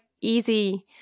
easy